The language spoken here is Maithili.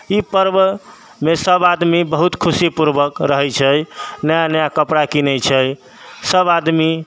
ई पर्वमे सब आदमी बहुत खुशीपूर्वक रहै छै नया नया कपड़ा किनै छै सब आदमी